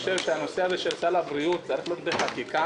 שהנושא הזה של סל הבריאות צריך להיות בחקיקה,